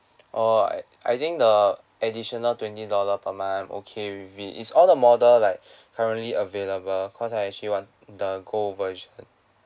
orh I I think the additional twenty dollar per month I'm okay with it is all the model like currently available because I actually want the gold version